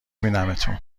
بینمتون